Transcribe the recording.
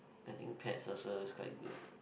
I think pets also is quite good